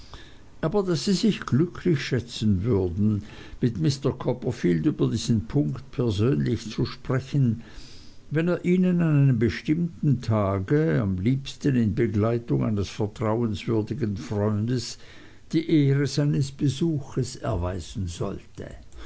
aber daß sie sich glücklich schätzen würden mit mr copperfield über diesen punkt persönlich zu sprechen wenn er ihnen an einem bestimmten tage am liebsten in begleitung eines vertrauenswürdigen freundes die ehre seines besuches erweisen wollte